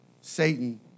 Satan